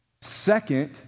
Second